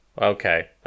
okay